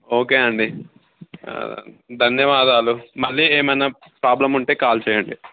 okay అండి ధన్యవాదాలు మళ్ళీ ఏమన్న ప్రాబ్లం ఉంటే కాల్ చేయండి